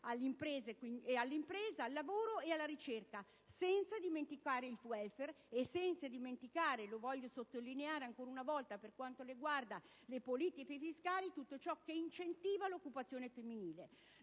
all'impresa, al lavoro e alla ricerca, senza dimenticare il *welfare* e senza dimenticare - lo voglio sottolineare ancora una volta, a proposito di politiche fiscali - tutto ciò che incentiva l'occupazione femminile.